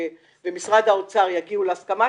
ומשרד האוצר יגיעו להסכמה,